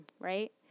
right